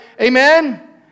Amen